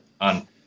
on